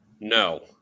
no